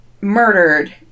murdered